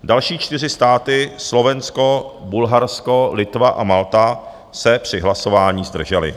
Další čtyři státy Slovensko, Bulharsko, Litva a Malta se při hlasování zdržely.